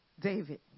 David